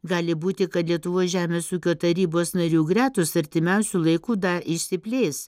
gali būti kad lietuvos žemės ūkio tarybos narių gretos artimiausiu laiku dar išsiplės